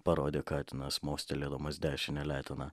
parodė katinas mostelėdamas dešine letena